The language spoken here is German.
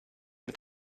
mit